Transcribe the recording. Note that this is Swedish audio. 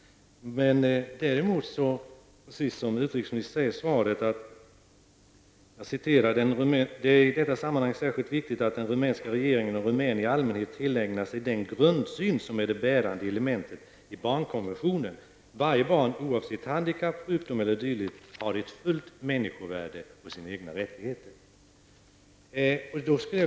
Det är precis som utrikesministern säger i sitt svar: ''Det är i detta sammanhang särskilt viktigt att den rumänska regeringen och rumäner i allmänhet tillägnar sig den grundsyn som är det bärande elementet i barnkonventionen: varje barn, oavsett handikapp, sjukdom e.d., har ett fullt människovärde och sina egna rättigheter.''